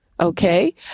Okay